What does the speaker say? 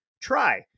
Try